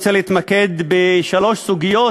אני רוצה להתמקד בשלוש סוגיות